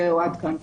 זהו, עד כאן.